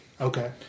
Okay